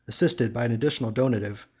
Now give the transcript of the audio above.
assisted by an additional donative,